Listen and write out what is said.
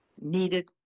needed